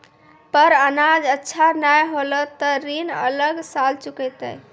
पर अनाज अच्छा नाय होलै तॅ ऋण अगला साल चुकैतै